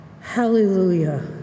hallelujah